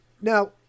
now